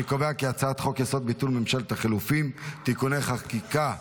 אני קובע כי הצעת חוק-יסוד: ביטול ממשלת החילופים (תיקוני חקיקה)